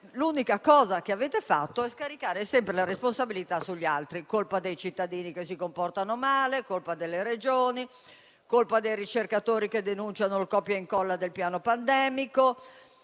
l'unica cosa che avete fatto è stato scaricare sempre la responsabilità sugli altri: colpa dei cittadini che si comportano male, colpa delle Regioni, colpa dei ricercatori che denunciano il copia-incolla del piano pandemico.